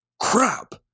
Crap